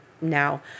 now